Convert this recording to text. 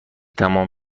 تمام